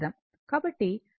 కాబట్టి Z √ R 2 ω L 2 అవుతుంది